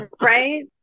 Right